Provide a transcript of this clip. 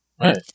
Right